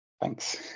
Thanks